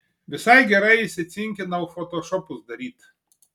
visai gerai įsicinkinau fotošopus daryt